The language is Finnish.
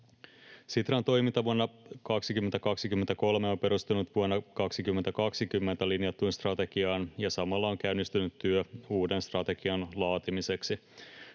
Sitran toiminta vuonna 2023 on perustunut vuonna 2020 linjattuun strategiaan, ja samalla on käynnistynyt työ uuden strategian laatimiseksi.